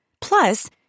Plus